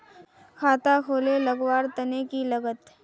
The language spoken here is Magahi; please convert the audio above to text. खाता खोले लगवार तने की लागत?